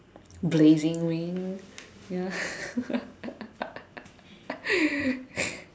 blazing wing ya